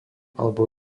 alebo